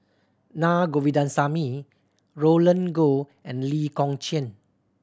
Naa Govindasamy Roland Goh and Lee Kong Chian